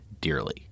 dearly